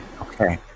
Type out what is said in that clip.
Okay